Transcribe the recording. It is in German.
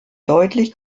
deutlich